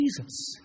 Jesus